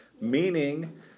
Meaning